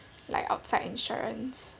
like outside insurance